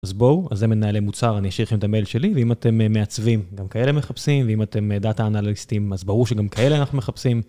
אז בואו, אז הם מנהלי מוצר, אני אשאיר לכם את המייל שלי, ואם אתם מעצבים, גם כאלה מחפשים, ואם אתם דאטה אנליסטים, אז ברור שגם כאלה אנחנו מחפשים.